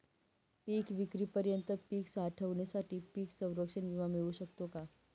पिकविक्रीपर्यंत पीक साठवणीसाठी पीक संरक्षण विमा मिळू शकतो का?